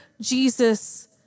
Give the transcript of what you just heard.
Jesus